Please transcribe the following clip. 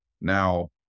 Now